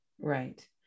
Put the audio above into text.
Right